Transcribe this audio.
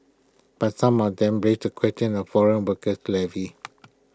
but some of them raise the question of foreign workers levies